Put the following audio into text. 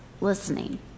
listening